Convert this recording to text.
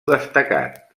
destacat